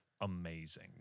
Amazing